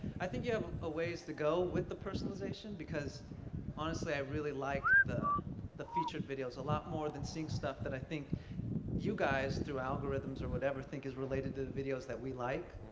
i think you have a ways to go with the personalization, because honestly, i really like the the featured videos a lot more than seeing stuff that i think you guys through algorithms or whatever think is related to the videos that we like.